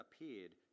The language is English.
appeared